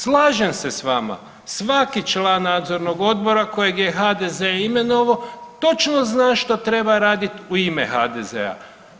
Slažem se s vama, svaki član nadzornog odbora kojeg je HDZ imenovao točno zna što treba raditi u ime HDZ-a.